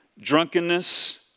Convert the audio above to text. drunkenness